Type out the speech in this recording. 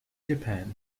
japan